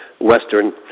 Western